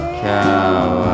cow